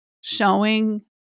showing